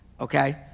Okay